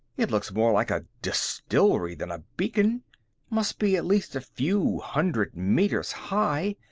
it looks more like a distillery than a beacon must be at least a few hundred meters high.